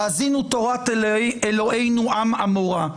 האזינו תורת אלוהינו עם עמורה.